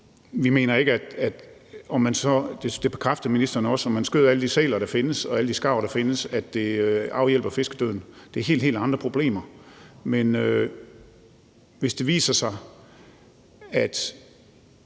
Vi mener ikke, og det bekræfter ministeren også, at det, om man så skød alle de sæler, der findes, og alle de skarv, der findes, afhjælper fiskedøden. Det er helt, helt andre problemer. Men hvis det viser sig, at